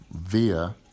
via